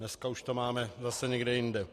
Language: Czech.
Dneska už to máme zase někde jinde.